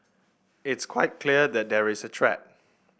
it's quite clear that there is a threat